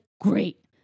Great